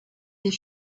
des